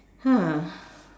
!huh!